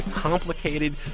complicated